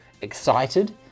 excited